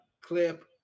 clip